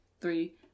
three